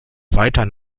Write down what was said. weiter